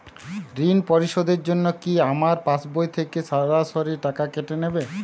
ঋণ পরিশোধের জন্য কি আমার পাশবই থেকে সরাসরি টাকা কেটে নেবে?